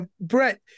Brett